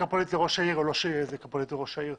פוליטית לראש העיר או שלא יהיה בזיקה פוליטית לראש העיר.